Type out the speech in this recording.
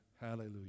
Hallelujah